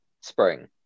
Spring